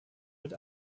mit